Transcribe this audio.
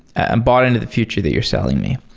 i'm bought in to the future that you're selling me.